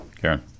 Karen